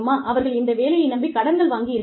அவர்கள் இந்த வேலையை நம்பி கடன்கள் வாங்கி இருக்கலாம்